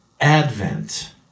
advent